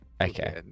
okay